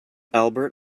albert